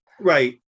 right